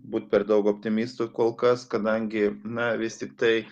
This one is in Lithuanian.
būt per daug optimistu kol kas kadangi na vistik tai